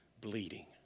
Bleeding